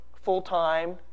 full-time